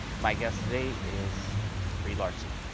my guest today is brie larson.